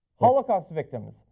holocaust victims,